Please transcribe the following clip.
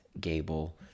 Gable